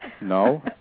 No